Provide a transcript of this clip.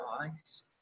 eyes